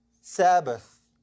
Sabbath